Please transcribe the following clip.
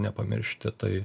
nepamiršti tai